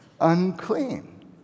unclean